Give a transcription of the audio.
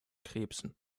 krebsen